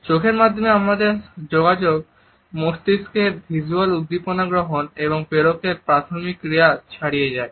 চোখের মাধ্যমে আমাদের যোগাযোগ মস্তিষ্কে ভিজ্যুয়াল উদ্দীপনা গ্রহণ এবং প্রেরণের প্রাথমিক ক্রিয়া ছাড়িয়ে যায়